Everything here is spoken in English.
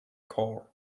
core